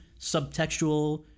subtextual